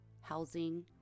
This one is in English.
housing